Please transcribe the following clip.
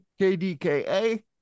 KDKA